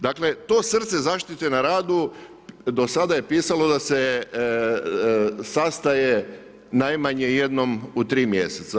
Dakle, to srce zaštite na radu do sada je pisalo da se sastaje najmanje jednom u tri mjeseca.